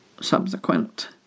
subsequent